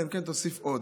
אלא אם כן תוסיף עוד.